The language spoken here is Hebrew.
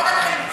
בוא נתחיל עם זה.